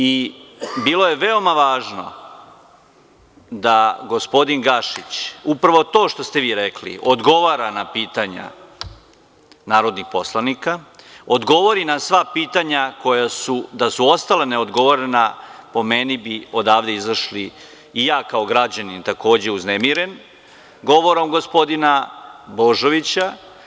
I, bilo je veoma važno da gospodin Gašić, upravo to što ste vi rekli odgovara na pitanja narodnih poslanika, odgovori na sva pitanja i da su ostala ne odgovorena po meni bi odavde izašli i ja kao građanin takođe uznemiren govorom gospodina Božovića.